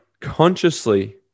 consciously